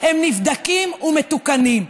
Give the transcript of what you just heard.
הם נבדקים ומתוקנים.